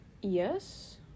yes